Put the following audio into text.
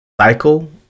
cycle